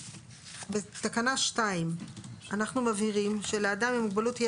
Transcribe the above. בתקנה 2. אנחנו מבהירים שלאדם עם מוגבלות תהיה